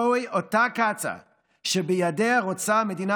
זוהי אותה קצא"א שבידיה רוצה המדינה